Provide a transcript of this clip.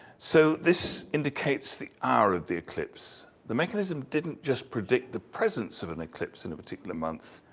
so this indicates the hour of the eclipse. the mechanism didn't just predict the presence of an eclipse in a particular month.